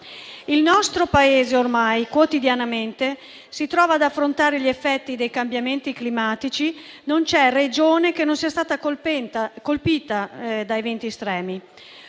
Il nostro Paese ormai quotidianamente si trova ad affrontare gli effetti dei cambiamenti climatici e non c'è Regione che non sia stata colpita da eventi estremi.